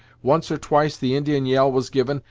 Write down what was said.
once or twice the indian yell was given,